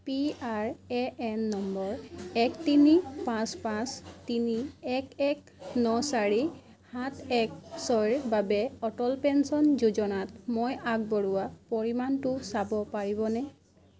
PRAN নম্বৰ এক তিনি পাঁচ পাঁচ তিনি এক এক ন চাৰি সাত এক ছয়ৰ বাবে অটল পেঞ্চন যোজনাত মই আগবঢ়োৱা পৰিমাণটো চাব পাৰিবনে